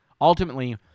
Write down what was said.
Ultimately